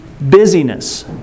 busyness